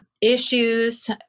issues